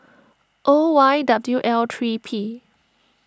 O Y W L three P